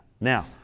Now